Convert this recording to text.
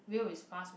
whale is fast meh